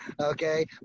okay